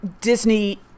Disney